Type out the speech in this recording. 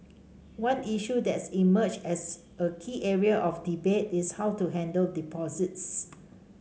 one issue that's emerged as a key area of debate is how to handle deposits